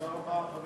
תודה רבה, חבר